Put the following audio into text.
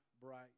bright